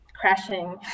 crashing